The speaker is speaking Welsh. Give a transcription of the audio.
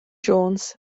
jones